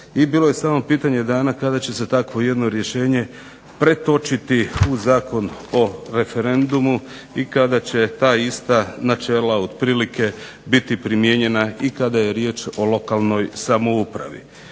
i bilo je samo pitanje dana kada će se takvo jedno rješenje pretočiti u Zakon o referendumu i kada će ta ista načela otprilike biti primijenjena i kada je riječ o lokalnoj samoupravi.